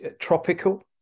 tropical